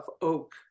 oak